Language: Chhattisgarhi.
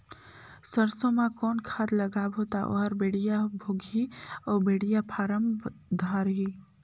सरसो मा कौन खाद लगाबो ता ओहार बेडिया भोगही अउ बेडिया फारम धारही?